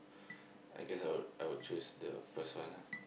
I guess I would I would choose the first one ah